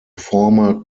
former